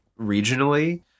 regionally